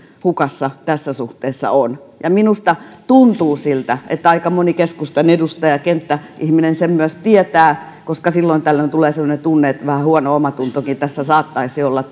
hukassa tässä suhteessa on ja minusta tuntuu siltä että aika moni keskustan edustaja ja kenttäihminen sen myös tietää koska silloin tällöin tulee semmoinen tunne että vähän huono omatuntokin saattaisi olla